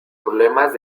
problemas